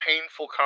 painful